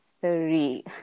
three